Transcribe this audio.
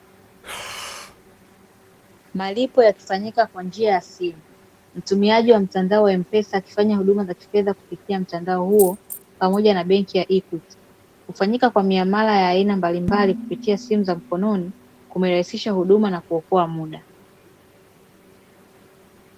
Malipo yakifanyika kwa njia ya simu, mtumiaji wa mtandao wa "M-pesa" akifanya huduma za kifedha kutupitia mtandao huo, pamoja na benki ya "EQUITY"i. Kufanyika kwa miamala ya aina mbalimbali kupitia simu za mkononi, kumerahisisha huduma na kuokoa muda.